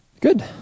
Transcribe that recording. Good